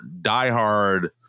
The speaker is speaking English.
diehard